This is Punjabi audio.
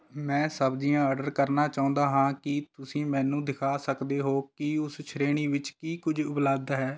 ਮੈਂ ਸਬਜ਼ੀਆਂ ਆਰਡਰ ਕਰਨਾ ਚਾਹੁੰਦਾ ਹਾਂ ਕੀ ਤੁਸੀਂ ਮੈਨੂੰ ਦਿਖਾ ਸਕਦੇ ਹੋ ਕਿ ਉਸ ਸ਼੍ਰੇਣੀ ਵਿੱਚ ਕੀ ਕੁਝ ਉਪਲਬਧ ਹੈ